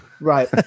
Right